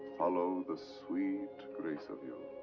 follow the sweet grace of you.